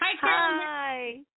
Hi